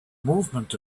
movement